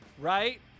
Right